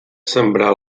sembrar